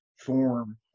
form